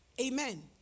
Amen